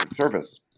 service